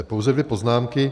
Pouze dvě poznámky.